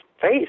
face